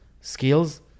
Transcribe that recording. skills